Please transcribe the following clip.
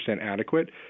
adequate